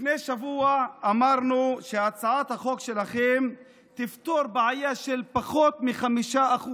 לפני שבוע אמרנו שהצעת החוק שלכם תפתור בעיה של פחות מ-5%.